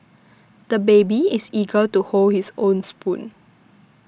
the baby is eager to hold his own spoon